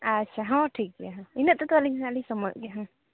ᱟᱪᱪᱷᱟ ᱦᱚᱸ ᱴᱷᱤᱠ ᱜᱮᱭᱟ ᱤᱱᱟᱹᱜ ᱛᱮᱫᱚ ᱦᱟᱜ ᱞᱤᱧ ᱥᱚᱢᱚᱭᱚᱜ ᱜᱮᱭᱟ